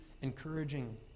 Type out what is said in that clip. encouraging